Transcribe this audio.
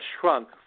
shrunk